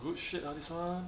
good shit ah this [one]